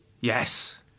Yes